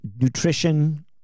nutrition